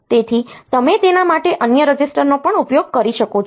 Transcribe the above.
તેથી તમે તેના માટે અન્ય રજિસ્ટરનો પણ ઉપયોગ કરી શકો છો